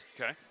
Okay